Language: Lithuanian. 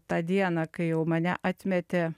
tą dieną kai jau mane atmetė